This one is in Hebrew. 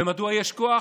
ומדוע יש כוח?